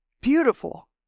Beautiful